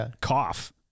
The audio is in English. cough